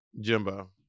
Jimbo